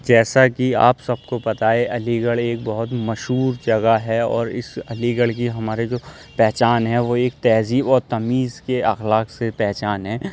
جیسا کہ آپ سب کو پتہ ہے علی گڑھ ایک بہت مشہور جگہ ہے اور اس علی گڑھ کی ہمارے جو پہچان ہے وہ ایک تہذیب و تمیز کے اخلاق سے پہچان ہے